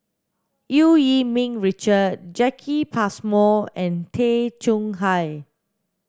Eu Yee Ming Richard Jacki Passmore and Tay Chong Hai